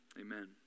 amen